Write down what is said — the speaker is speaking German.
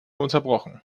unterbrochen